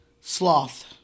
Sloth